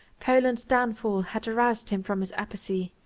poland's downfall had aroused him from his apathy,